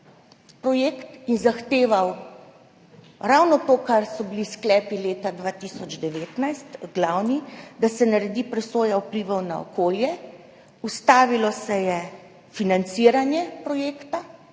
projekt in zahteval ravno to, kar so bili glavni sklepi leta 2019, da se naredi presoja vplivov na okolje, ustavilo se je financiranje projekta